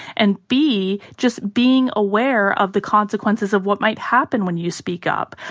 and b just being aware of the consequences of what might happen when you speak up.